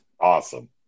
awesome